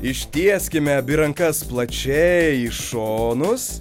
ištieskime abi rankas plačiai į šonus